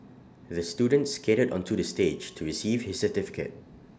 the student skated onto the stage to receive his certificate